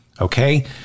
Okay